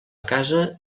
casa